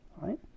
right